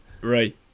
Right